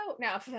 now